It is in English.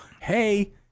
hey